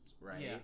right